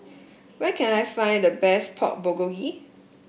where can I find the best Pork Bulgogi